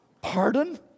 Pardon